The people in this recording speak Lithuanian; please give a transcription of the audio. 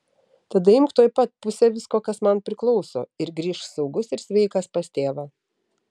tada imk tuoj pat pusę visko kas man priklauso ir grįžk saugus ir sveikas pas tėvą